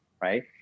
right